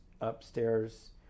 upstairs